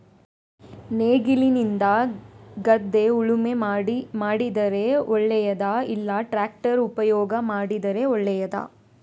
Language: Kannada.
ನೇಗಿಲಿನಿಂದ ಗದ್ದೆ ಉಳುಮೆ ಮಾಡಿದರೆ ಒಳ್ಳೆಯದಾ ಇಲ್ಲ ಟ್ರ್ಯಾಕ್ಟರ್ ಉಪಯೋಗ ಮಾಡಿದರೆ ಒಳ್ಳೆಯದಾ?